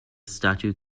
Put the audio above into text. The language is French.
statu